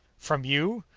from you!